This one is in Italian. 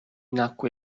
nacque